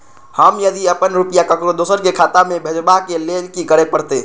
हम यदि अपन रुपया ककरो दोसर के खाता में भेजबाक लेल कि करै परत?